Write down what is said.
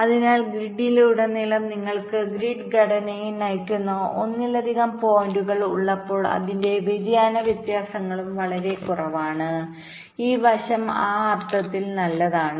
അതിനാൽ ഗ്രിഡിലുടനീളം നിങ്ങൾക്ക് ഗ്രിഡ് ഘടനയെ നയിക്കുന്ന ഒന്നിലധികം പോയിന്റുകൾ ഉള്ളപ്പോൾ അതിന്റെ വ്യതിയാന വ്യത്യാസങ്ങളും വളരെ കുറവാണ് ഈ വശം ആ അർത്ഥത്തിൽ നല്ലതാണ്